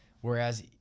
Whereas